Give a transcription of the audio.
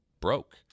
broke